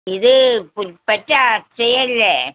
ഇത് പുൽപ്പറ്റ അക്ഷയ അല്ലേ